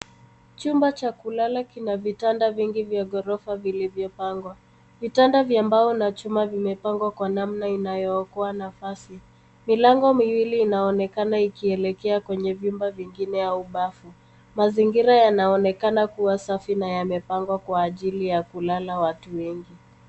Chumba cha kulala kina vitanda vingi vya ghorofa vilivyopangwa ,vitanda vya mbao na chuma vimepangwa kwa namna inayookoa nafasi ,milango miwili inaonekana ikielekea kwenye vyumba vingine au bafu mazingira yanaonekana kuwa safi na yamepangwa kwa ajili ya kulala watu wengi.